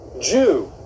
Jew